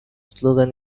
slogan